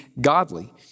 godly